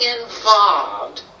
involved